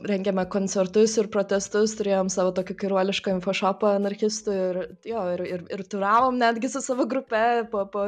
rengėme koncertus ir protestus turėjom savo tokį kairuolišką infošopą anarchistų ir jo ir ir ir turavom netgi su savo grupe po po